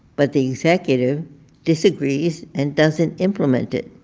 but the executive disagrees and doesn't implement it.